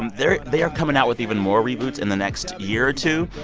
um they're they are coming out with even more reboots in the next year or two.